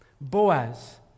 Boaz